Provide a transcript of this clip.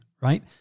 right